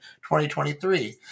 2023